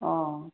অঁ